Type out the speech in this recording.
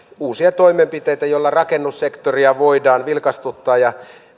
uusia toimenpiteitä joilla rakennussektoria voidaan vilkastuttaa ja